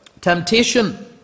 Temptation